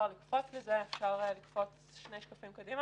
פותח את ישיבת הוועדה לענייני ביקורת המדינה.